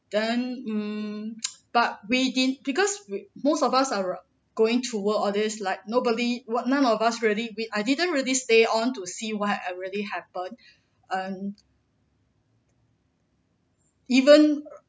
then um but we didn't because most of us are going to work all this like nobody what none of us really wait I didn't really stay on to see what really happen um even